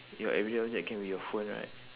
your everyday object can be your phone right